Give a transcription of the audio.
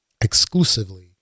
exclusively